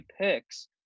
picks